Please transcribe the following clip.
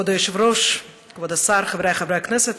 כבוד היושב-ראש, כבוד השר, חבריי חברי הכנסת,